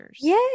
Yay